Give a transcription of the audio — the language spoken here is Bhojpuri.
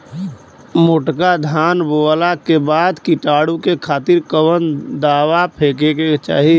मोटका धान बोवला के बाद कीटाणु के खातिर कवन दावा फेके के चाही?